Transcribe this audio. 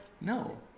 No